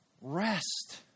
rest